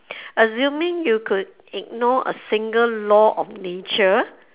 assuming you could ignore a single law of nature